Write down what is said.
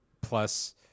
Plus